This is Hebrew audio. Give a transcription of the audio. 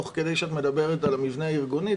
תוך כדי שאת מדברת על המבנה הארגוני,